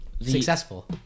successful